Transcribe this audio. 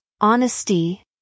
honesty